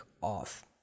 off